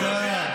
את מה שהוא יודע,